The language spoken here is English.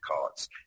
cards